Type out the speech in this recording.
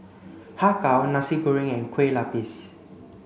Har Kow Nasi Goreng and Kue Lupis